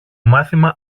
μάθημα